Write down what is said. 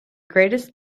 greatest